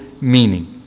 meaning